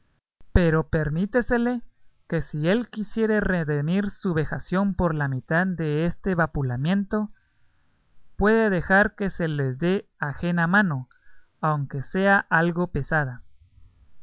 pero permítesele que si él quisiere redemir su vejación por la mitad de este vapulamiento puede dejar que se los dé ajena mano aunque sea algo pesada